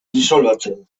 disolbatzen